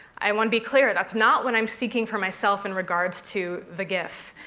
i want to be clear. that's not what i'm seeking for myself, in regards to the gif.